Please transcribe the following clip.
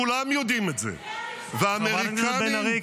כולם יודעים את זה ----- חברת הכנסת בן ארי,